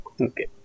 Okay